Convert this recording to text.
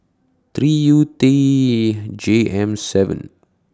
three U T E J M seven